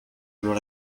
olor